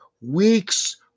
weeks